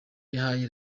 yahaye